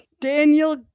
Daniel